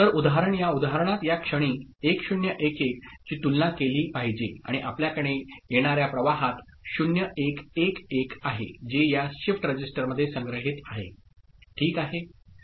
तर उदाहरण या उदाहरणात या क्षणी 1 0 1 1 ची तुलना केली पाहिजे आणि आपल्याकडे येणार्या प्रवाहात 0 1 1 1 आहे जे या शिफ्ट रजिस्टरमध्ये संग्रहित आहे ठीक आहे